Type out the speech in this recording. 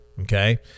Okay